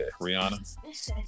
Rihanna